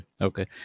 Okay